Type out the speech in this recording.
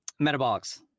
metabolics